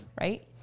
right